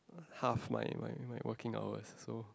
half my my working hours so